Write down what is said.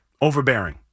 overbearing